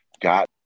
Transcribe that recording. got